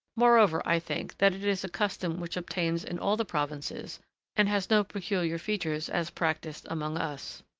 moreover, i think that it is a custom which obtains in all the provinces and has no peculiar features as practised among us.